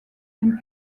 and